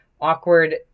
awkward